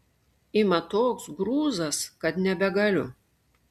ima toks grūzas kad nebegaliu